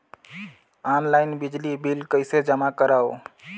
Online बिजली bill कइसे जमा करव?